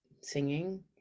singing